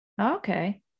Okay